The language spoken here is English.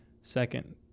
second